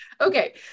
Okay